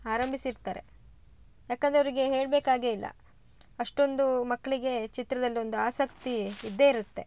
ಆರಂಭಿಸಿರ್ತಾರೆ ಯಾಕಂದರೆ ಅವರಿಗೆ ಹೇಳಬೇಕಾಗೇ ಇಲ್ಲ ಅಷ್ಟೊಂದು ಮಕ್ಕಳಿಗೇ ಚಿತ್ರದಲ್ಲಿ ಒಂದು ಆಸಕ್ತಿ ಇದ್ದೇ ಇರುತ್ತೆ